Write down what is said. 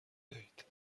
دهید